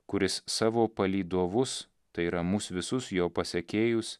kuris savo palydovus tai yra mus visus jo pasekėjus